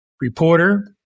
reporter